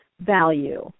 value